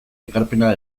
ekarpena